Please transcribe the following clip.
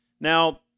Now